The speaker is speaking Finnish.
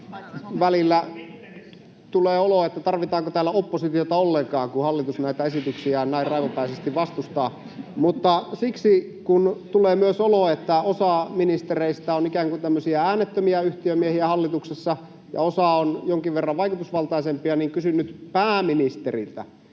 Välillä tulee olo, tarvitaanko täällä oppositiota ollenkaan, kun hallitus näitä esityksiään näin raivopäisesti vastustaa. Mutta siksi, koska tulee myös olo, että osa ministereistä on hallituksessa ikään kuin tämmöisiä äänettömiä yhtiömiehiä ja osa on jonkin verran vaikutusvaltaisempia, kysyn pääministeriltä: